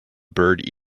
bird